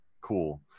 cool